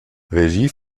regie